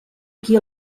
qui